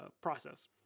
process